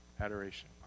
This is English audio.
adoration